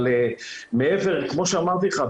כמו שאמרתי לך,